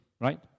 right